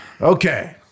Okay